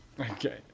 Okay